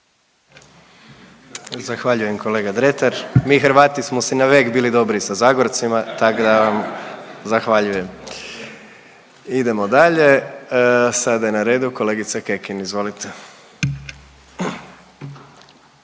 Zahvaljujem kolega Dretar. Mi Hrvati smo si na vek bili dobri sa Zagorcima tak da zahvaljujem. Idemo dalje, sada je na redu kolegica Kekin, izvolite.